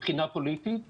מבחינה פוליטית,